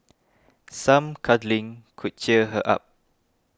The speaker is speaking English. some cuddling could cheer her up